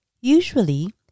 Usually